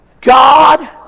God